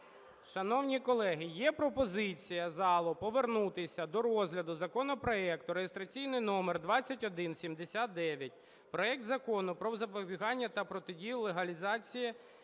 Шановні колеги, є пропозиція залу повернутися до розгляду законопроекту (реєстраційний номер 2179) проект Закону про запобігання та протидію легалізації